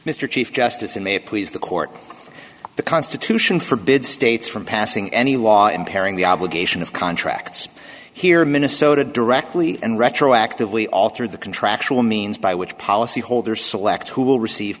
mr chief justice and may it please the court the constitution forbids states from passing any law impairing the obligation of contracts here in minnesota directly and retroactively alter the contractual means by which policyholders select who will receive